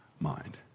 mind